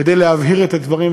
כדי להבהיר את הדברים,